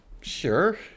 Sure